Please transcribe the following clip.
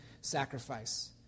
sacrifice